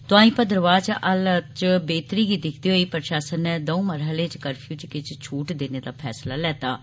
तोआईं भद्रवाह च हालत च बेहतरी गी दिक्खदे होई प्रषासन नै दौ मरहले च कफर्यू च किष छूट देने दा फैसला लैता ऐ